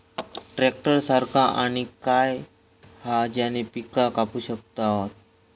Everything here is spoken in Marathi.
ट्रॅक्टर सारखा आणि काय हा ज्याने पीका कापू शकताव?